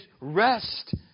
rest